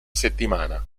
settimana